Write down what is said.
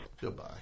Goodbye